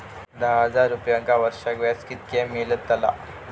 दहा हजार रुपयांक वर्षाक व्याज कितक्या मेलताला?